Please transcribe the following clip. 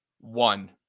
one